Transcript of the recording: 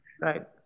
Right